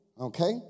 Okay